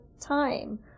time